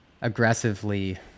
aggressively